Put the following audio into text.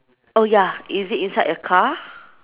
oh ya is it inside a car